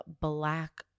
Black